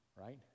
Right